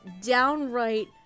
downright